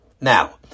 Now